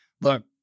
look